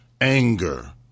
anger